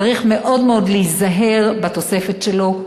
וצריך מאוד מאוד להיזהר בתוספת שלו.